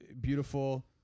beautiful